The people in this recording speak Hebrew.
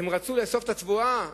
הן רצו לאסוף את התבואה,